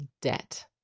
debt